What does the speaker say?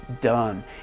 done